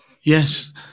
Yes